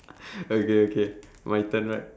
okay okay my turn right